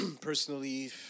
personally